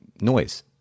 noise